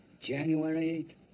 January